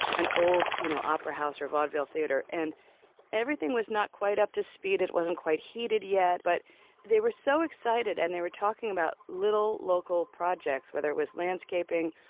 an old you know opera house or vaudeville theater. and everything was not quite up to speed, it wasn't quite heated yet, but they were so excited and they were talking about little local projects, whether it was landscaping,